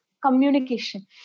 communication